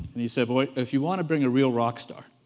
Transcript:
and he said, well if you want to bring a real rock star,